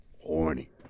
horny